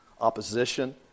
Opposition